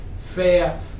fair